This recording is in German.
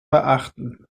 beachten